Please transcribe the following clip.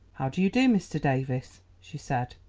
how do you do, mr. davies? she said.